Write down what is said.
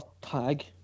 tag